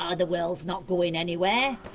ah the world's not going anywhere.